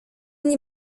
nie